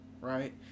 Right